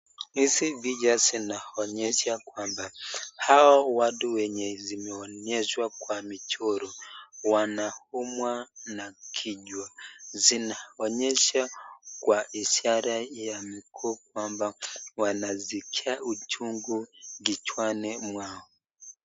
Hizi picha zinaonyesha kwamba hao watu wenye zimeonyeshw akwa michoro wanumwa na kichwa, zinaonyesha kwa ishara ya mkono kwamba wanaskia uchungu kichwani mwao.